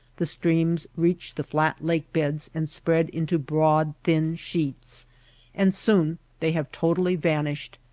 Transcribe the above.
the streams reach the flat lake-beds and spread into broad, thin sheets and soon they have totally van ished,